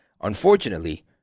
Unfortunately